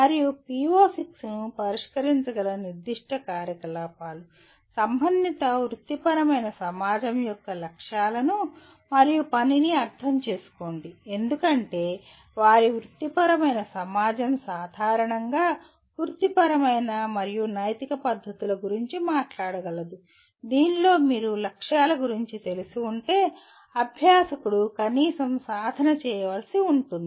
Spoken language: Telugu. మరియు PO6 ను పరిష్కరించగల నిర్దిష్ట కార్యకలాపాలు సంబంధిత వృత్తిపరమైన సమాజం యొక్క లక్ష్యాలను మరియు పనిని అర్థం చేసుకోండి ఎందుకంటే వారి వృత్తిపరమైన సమాజం సాధారణంగా వృత్తిపరమైన మరియు నైతిక పద్ధతుల గురించి మాట్లాడగలదు దీనిలో మీరు లక్ష్యాల గురించి తెలిసి ఉంటే అభ్యాసకుడు కనీసం సాధన చేయవలసి ఉంటుంది